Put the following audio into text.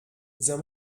the